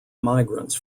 migrants